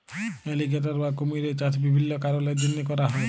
alligator বা কুমিরের চাষ বিভিল্ল্য কারলের জ্যনহে ক্যরা হ্যয়